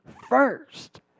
first